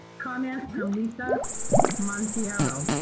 comment from lisa monteiro.